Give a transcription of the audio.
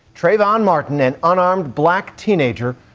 trayvon martin, an unarmed black teenager,